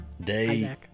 day